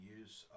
use